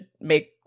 make